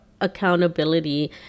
accountability